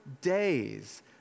days